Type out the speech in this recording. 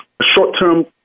short-term